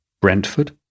Brentford